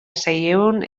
seiehun